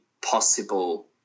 possible